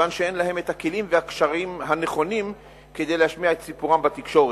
כיוון שאין להם הכלים והקשרים הנכונים כדי להשמיע את סיפורם בתקשורת,